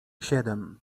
siedem